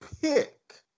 pick